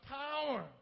power